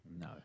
No